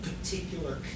particular